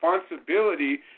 responsibility